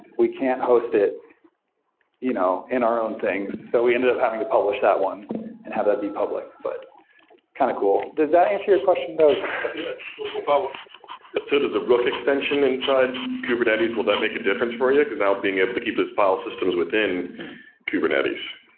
we can host it you know in our own things. so we ended up having to publish that one and have that be public, but kind of cool. does that answer your question? so does the rook extension inside kubernetes, will that make a difference for you? because now being able to keep this file systems within kubernetes.